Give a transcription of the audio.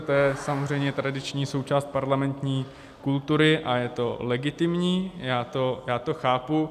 To je samozřejmě tradiční součást parlamentní kultury a je to legitimní, já to chápu.